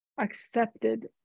accepted